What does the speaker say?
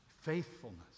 faithfulness